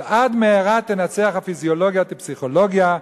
אבל עד מהרה תנצח הפיזיולוגיה את הפסיכולוגיה,